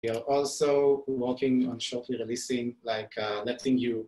We are also working on shortly releasing, like, letting you...